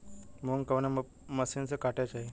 मूंग कवने मसीन से कांटेके चाही?